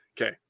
okay